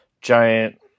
giant